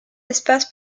espace